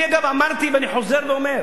אגב, אמרתי, ואני חוזר ואומר,